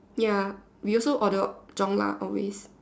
ya we also order 中辣 always